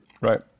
right